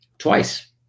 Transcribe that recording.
Twice